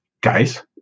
Guys